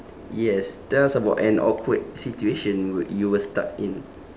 yes tell us about an awkward situation would you were stuck in